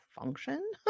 function